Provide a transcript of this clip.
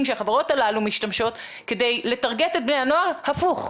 שהחברות הללו משתמשות כדי לטרגט את בני הנוער הפוך,